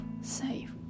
safe